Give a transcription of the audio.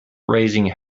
raising